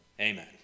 Amen